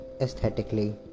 aesthetically